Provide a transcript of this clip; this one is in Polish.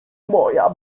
moja